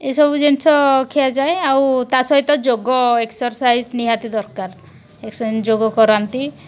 ଏସବୁ ଜିନିଷ ଖିଆଯାଏ ଆଉ ତା ସହିତ ଯୋଗ ଏକ୍ସରସାଇଜ୍ ନିହାତି ଦରକାର ଯୋଗ କରନ୍ତି